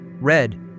Red